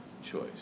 choice